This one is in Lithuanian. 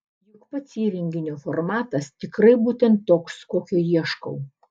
juk pats įrenginio formatas tikrai būtent toks kokio ieškau